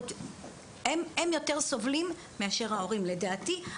הם יותר סובלים מאשר ההורים לדעתי.